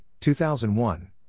2001